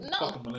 no